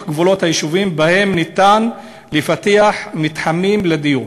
גבולות היישובים שבהם ניתן לפתח מתחמים לדיור.